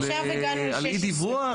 עכשיו הגענו לסעיף 16. על אי דיווח.